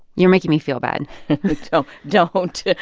you're making me feel bad don't.